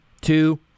two